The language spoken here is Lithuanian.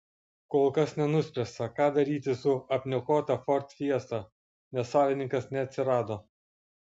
kol kas nenuspręsta ką daryti su apniokota ford fiesta nes savininkas neatsirado